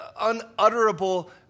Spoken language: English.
unutterable